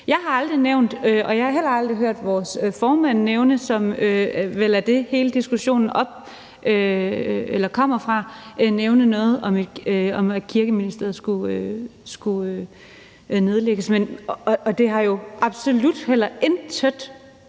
heller aldrig hørt vores formand nævne det, som hele diskussionen kommer af, altså at Kirkeministeriet skulle nedlægges. Og det har jo absolut heller intet